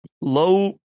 Low